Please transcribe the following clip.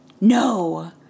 no